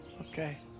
Okay